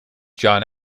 john